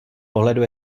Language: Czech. pohledu